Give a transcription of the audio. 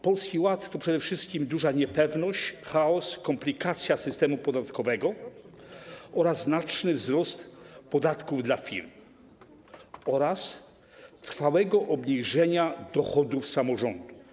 Polski Ład to przede wszystkim duża niepewność, chaos, komplikacja systemu podatkowego, znaczny wzrost podatków dla firm oraz trwałe obniżenie dochodów samorządów.